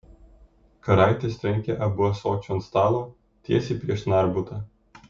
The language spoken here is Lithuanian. karaitis trenkė abu ąsočiu ant stalo tiesiai prieš narbutą